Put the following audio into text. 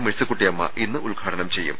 മെഴ്സിക്കുട്ടിയമ്മ ഇന്ന് ഉദ്ഘാടനം ചെയ്യും